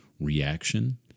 reaction